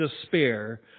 despair